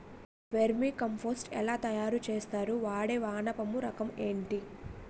Vermi compost ఎలా తయారు చేస్తారు? వాడే వానపము రకం ఏంటి?